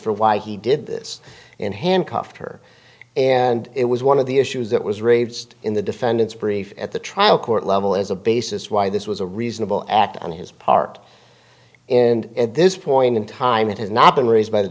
for why he did this and handcuffed her and it was one of the issues that was raised in the defendant's brief at the trial court level as a basis why this was a reasonable act on his part and at this point in time it has not been raised by the